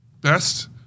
best